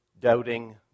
doubting